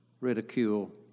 ridicule